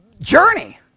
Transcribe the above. journey